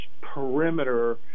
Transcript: perimeter